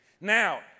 Now